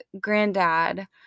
granddad